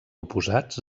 oposats